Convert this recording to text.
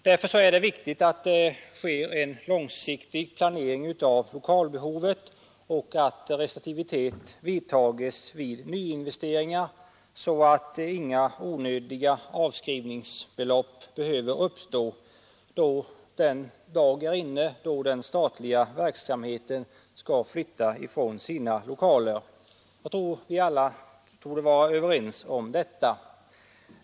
Därför är det viktigt att det sker en långsiktig planering av lokalbehovet och att restriktivitet iakttages vid nyinvesteringar, så att inga onödiga avskrivningsbelopp behöver uppstå den dag då den statliga verksamheten lämnar lokalerna. Vi torde alla vara överens om detta.